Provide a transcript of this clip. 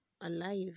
alive